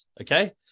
okay